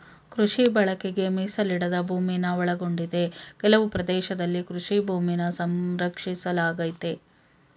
ಕೃಷಿ ಬಳಕೆಗೆ ಮೀಸಲಿಡದ ಭೂಮಿನ ಒಳಗೊಂಡಿದೆ ಕೆಲವು ಪ್ರದೇಶದಲ್ಲಿ ಕೃಷಿ ಭೂಮಿನ ಸಂರಕ್ಷಿಸಲಾಗಯ್ತೆ